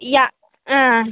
ಯಾ ಹಾಂ